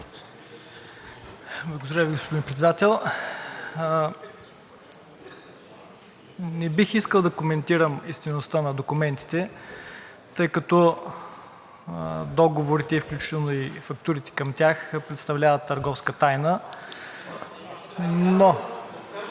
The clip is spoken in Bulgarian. Благодаря, господин Председател. Не бих искал да коментирам истинността на документите, тъй като договорите, включително и фактурите към тях, представляват търговска тайна (шум